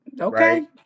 Okay